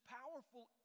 powerful